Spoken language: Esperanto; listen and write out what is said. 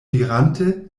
dirante